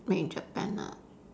made in Japan ah